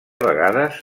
vegades